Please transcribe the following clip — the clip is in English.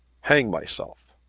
hang myself.